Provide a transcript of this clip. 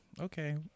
okay